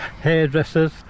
hairdressers